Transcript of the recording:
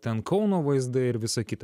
ten kauno vaizdai ir visa kita